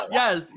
yes